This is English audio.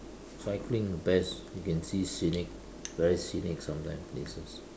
cycling the best you can see scenic very scenic sometime places